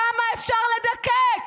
כמה אפשר לדכא?